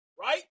right